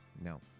No